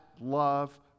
love